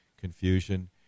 confusion